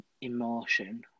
emotion